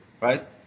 right